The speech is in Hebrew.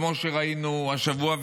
כמו שראינו השבוע,